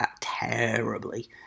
terribly